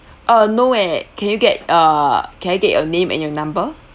uh no eh can you get err can I get your name and your number